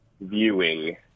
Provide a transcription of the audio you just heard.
viewing